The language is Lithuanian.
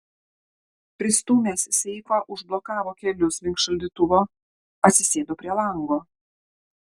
pristūmęs seifą užblokavo kelius link šaldytuvo atsisėdo prie lango